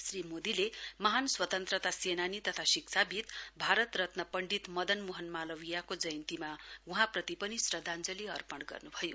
श्री मोदीले महान स्वतन्त्रता सेनानी तथा शिक्षाविद भारत रत्न पण्डित मदन मोहन मालवीयको जयन्तीमा वहाँप्रति पनि श्रद्धाञ्जली अपर्ण गर्न्भयो